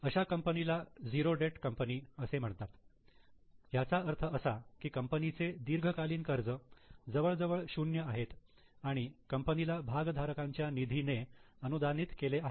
अशा कंपनीला zero debt company असे म्हणतात याचा अर्थ असा की कंपनीचे दीर्घकालीन कर्ज जवळ जवळ शून्य आहेत आणि कंपनीला भागधारकांच्या निधीने अनुदानित केले आहे